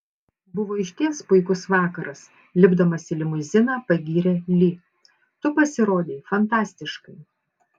buvo išties puikus vakaras lipdamas į limuziną pagyrė li tu pasirodei fantastiškai